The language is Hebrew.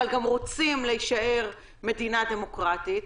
אבל גם רוצים להישאר מדינה דמוקרטית,